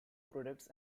products